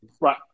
right